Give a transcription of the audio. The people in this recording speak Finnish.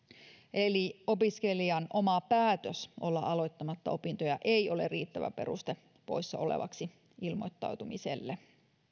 eli opiskelijan oma päätös olla aloittamatta opintoja ei ole riittävä peruste poissa olevaksi ilmoittautumiselle